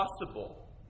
possible